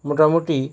মোটামুটি